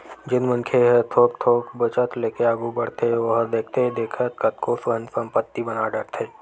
जउन मनखे ह थोक थोक बचत लेके आघू बड़थे ओहा देखथे देखत कतको कन संपत्ति बना डरथे